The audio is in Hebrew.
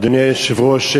אדוני היושב-ראש,